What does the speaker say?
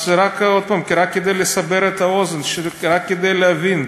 אז רק כדי לסבר את האוזן, רק כדי להבין,